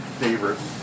favorite